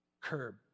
curb